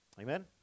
Amen